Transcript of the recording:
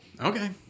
Okay